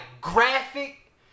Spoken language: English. graphic